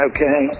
Okay